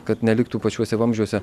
kad neliktų pačiuose vamzdžiuose